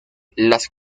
las